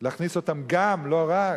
להכניס אותם, גם, לא רק,